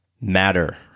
matter